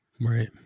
Right